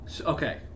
Okay